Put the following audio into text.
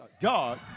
God